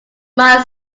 mine